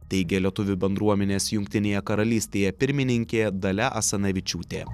teigė lietuvių bendruomenės jungtinėje karalystėje pirmininkė dalia asanavičiūtė